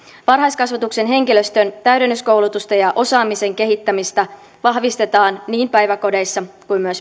varhaiskasvatuksen henkilöstön täydennyskoulutusta ja osaamisen kehittämistä vahvistetaan niin päiväkodeissa kuin myös